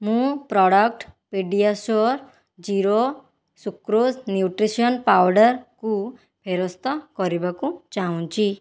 ମୁଁ product PediaSure zero sucrose nutrition ପାଉଡର୍କୁ ଫେରସ୍ତ କରିବାକୁ ଚାହୁଁଛି